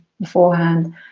beforehand